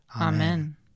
Amen